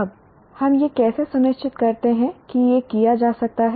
अब हम यह कैसे सुनिश्चित करते हैं कि यह किया जा सकता है